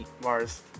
Mars